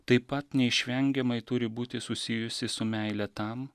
taip pat neišvengiamai turi būti susijusi su meile tam